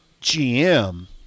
GM